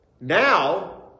Now